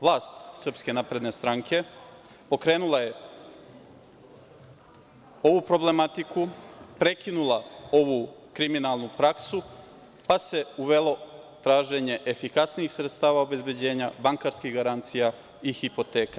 Vlast SNS pokrenula je ovu problematiku, prekinula ovu kriminalnu praksu, pa se uvelo traženje efikasnijih sredstava obezbeđenja, bankarskih garancija i hipoteka.